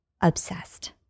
obsessed